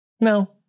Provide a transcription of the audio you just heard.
no